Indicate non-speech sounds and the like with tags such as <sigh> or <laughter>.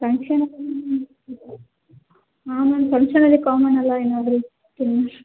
function <unintelligible> ಹಾಂ ma'am ಫಂಕ್ಷನಲ್ಲಿ common ಅಲ್ವಾ ಎನಾದ್ರೂ ತಿನ್ಸು